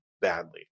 badly